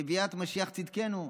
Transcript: בביאת משיח צדקנו,